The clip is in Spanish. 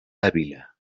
ávila